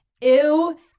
ew